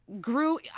grew